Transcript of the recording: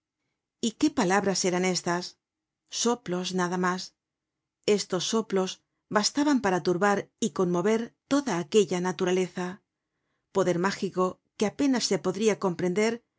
y qué palabras eran estas soplos nada mas estos soplos bastaban para turbar y conmover toda aquella naturaleza poder mágico que apenas se podria comprender